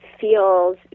feels